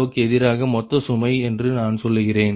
வுக்கு எதிராக மொத்த சுமை என்று நான் சொல்கிறேன்